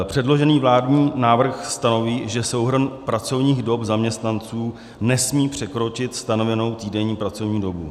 Předložený vládní návrh stanoví, že souhrn pracovních dob zaměstnanců nesmí překročit stanovenou týdenní pracovní dobu.